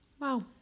Wow